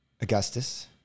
Augustus